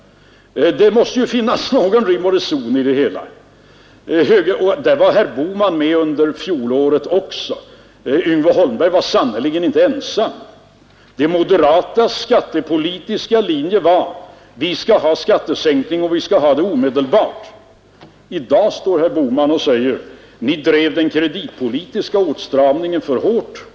Det måste ju finnas någon rim och reson i det hela. Herr Bohman var också med under fjolåret, Yngve Holmberg var sannerligen inte ensam. De moderatas skattepolitiska linje var: Vi skall ha skattesänkning, och vi skall ha den omedelbart! I dag står herr Bohman och säger: Ni drev den kreditpolitiska åtstramningen för hårt.